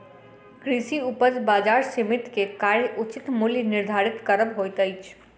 कृषि उपज बजार समिति के कार्य उचित मूल्य निर्धारित करब होइत अछि